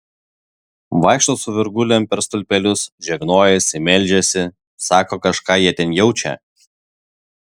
vaikšto su virgulėm per stulpelius žegnojasi meldžiasi sako kažką jie ten jaučią